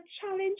challenge